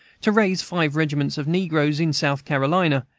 to raise five regiments of negroes in south carolina,